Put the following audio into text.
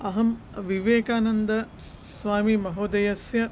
अहं विवेकानन्द स्वामि महोदयस्य